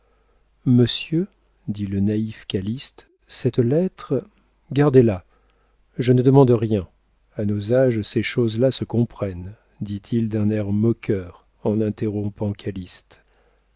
monsieur dit le naïf calyste cette lettre gardez-la je ne demande rien à nos âges ces choses-là se comprennent dit-il d'un air moqueur en interrompant